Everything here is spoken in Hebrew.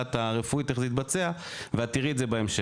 הדעת הרפואית איך זה יתבצע ואת תראי את זה בהמשך.